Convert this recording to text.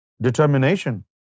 determination